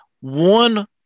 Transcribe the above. one